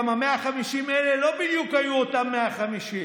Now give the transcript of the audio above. גם 150 האלה לא בדיוק היו אותם 150,